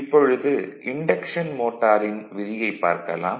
இப்பொழுது இன்டக்ஷன் மோட்டாரின் விதியைப் பார்க்கலாம்